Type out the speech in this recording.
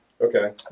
Okay